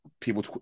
people